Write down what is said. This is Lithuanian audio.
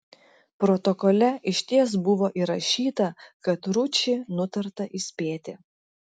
protokole išties buvo įrašyta kad ručį nutarta įspėti